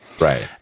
Right